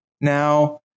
Now